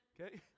okay